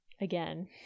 again